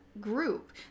group